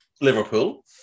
Liverpool